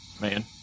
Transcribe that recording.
man